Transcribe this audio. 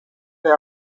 they